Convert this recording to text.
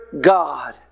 God